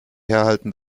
herhalten